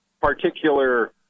particular